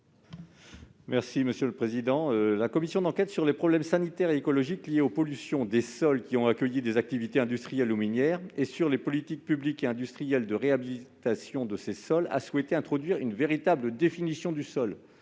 n° 957 rectifié. La commission d'enquête sur les problèmes sanitaires et écologiques liés aux pollutions des sols qui ont accueilli des activités industrielles ou minières et sur les politiques publiques et industrielles de réhabilitation de ces sols a souhaité introduire une véritable définition du sol,